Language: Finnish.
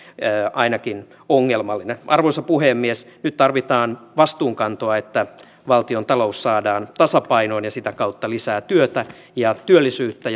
ainakin ongelmallinen arvoisa puhemies nyt tarvitaan vastuunkantoa että valtiontalous saadaan tasapainoon ja sitä kautta lisää työtä ja työllisyyttä